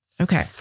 Okay